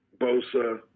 Bosa